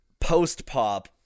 post-pop